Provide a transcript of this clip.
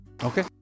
okay